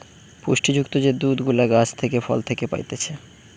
পুষ্টি যুক্ত যে দুধ গুলা গাছ থেকে, ফল থেকে পাইতেছে